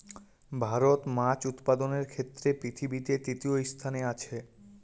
ভারত মাছ উৎপাদনের ক্ষেত্রে পৃথিবীতে তৃতীয় স্থানে আছে